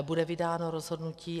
Bude vydáno rozhodnutí.